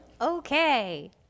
Okay